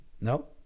No